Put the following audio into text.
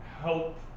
help